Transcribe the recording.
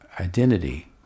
identity